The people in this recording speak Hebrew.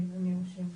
כן אם אפשר.